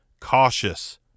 cautious